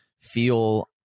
feel